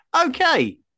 Okay